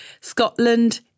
Scotland